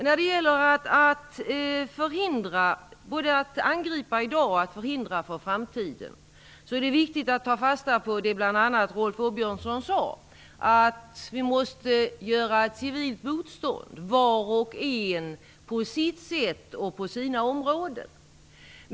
När det gäller båda dessa problem är det viktigt att ta fasta på det bl.a. Rolf Åbjörnsson sade, nämligen att vi måste göra civilt motstånd, var och en på sitt sätt och på sina områden.